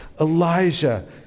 Elijah